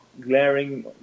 glaring